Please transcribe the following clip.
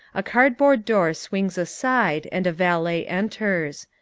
a cardboard door swings aside and a valet enters.